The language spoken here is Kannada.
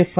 ಎಫ್